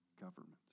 government